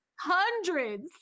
hundreds